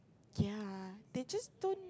ya they just don't